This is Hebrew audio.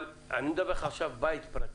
אני מדבר על בית פרטי,